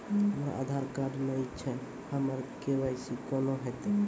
हमरा आधार कार्ड नई छै हमर के.वाई.सी कोना हैत?